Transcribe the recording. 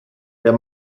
der